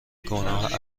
گناه